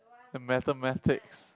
mathematics